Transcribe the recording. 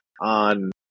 on